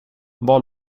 var